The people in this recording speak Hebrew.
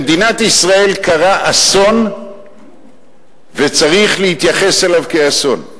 במדינת ישראל קרה אסון וצריך להתייחס אליו כאסון.